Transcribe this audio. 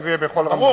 אם זה יהיה בכל רמזור,